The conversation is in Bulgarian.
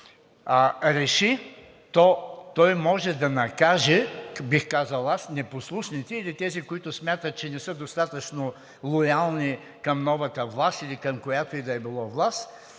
– реши, то той може да накаже, бих казал аз, непослушните или тези, които смятат, че не са достатъчно лоялни към новата власт или към която и да било власт,